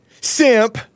simp